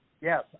Yes